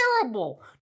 terrible